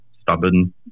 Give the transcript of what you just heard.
stubborn